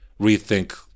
rethink